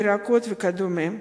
ירקות וכדומה.